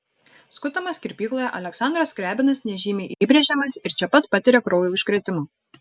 skutamas kirpykloje aleksandras skriabinas nežymiai įbrėžiamas ir čia pat patiria kraujo užkrėtimą